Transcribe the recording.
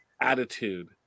attitude